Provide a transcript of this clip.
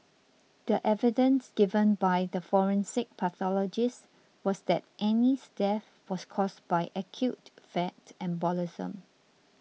the evidence given by the forensic pathologist was that Annie's death was caused by acute fat embolism